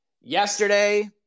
Yesterday